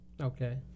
Okay